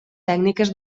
tècniques